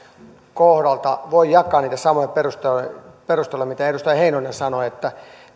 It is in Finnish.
kohdalla voi jakaa niitä samoja perusteluja mitä edustaja heinonen sanoi että